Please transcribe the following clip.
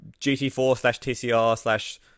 GT4-slash-TCR-slash-